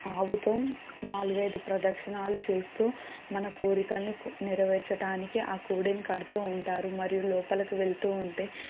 ఆవుతో నాలుగైదు ప్రదక్షణాలు చేస్తూ మన కోరికలని నెరవేర్చటానికి ఆ కోడెను కడుతూ ఉంటారు మరియు లోపలికి వెళుతూ ఉంటే